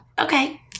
okay